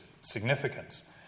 significance